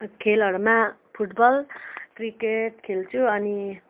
खेलहरूमा football cricket खेल्छु अनि